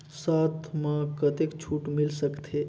साथ म कतेक छूट मिल सकथे?